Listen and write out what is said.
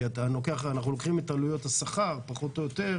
כי אנחנו לוקחים את עלויות השכר פחות או יותר,